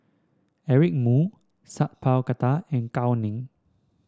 Eric Moo Sat Pal Khattar and Gao Ning